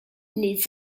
les